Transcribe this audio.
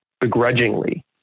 begrudgingly